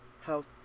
health